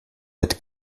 had